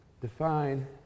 define